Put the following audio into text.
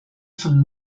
von